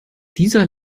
dieser